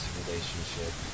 relationship